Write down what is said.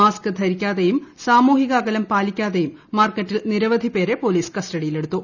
mask ധരിക്കാതെയും സാമൂഹിക അകലം പാലിക്കാതെയും മാർക്കറ്റിൽ നിരവധി പേരെ പൊലീസ് കസ്റ്റഡിയിലെടുത്തു